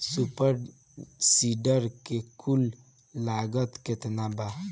Super seeder के कुल लागत केतना बा?